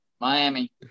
Miami